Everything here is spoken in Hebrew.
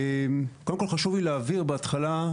קודם כל חשוב לי להבהיר בהתחלה,